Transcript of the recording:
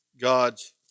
God's